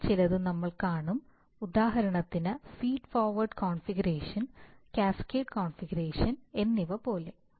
അവയിൽ ചിലത് നമ്മൾ കാണും ഉദാഹരണത്തിന് feed forward configuration cascade configuration എന്നിവപോലെ